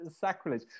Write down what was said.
Sacrilege